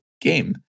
game